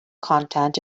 content